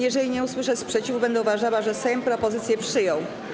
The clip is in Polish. Jeżeli nie usłyszę sprzeciwu, będę uważała, że Sejm propozycję przyjął.